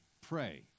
pray